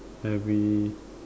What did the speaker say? every